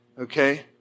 Okay